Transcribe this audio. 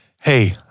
hey